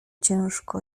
ciężko